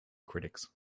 critics